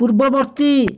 ପୂର୍ବବର୍ତ୍ତୀ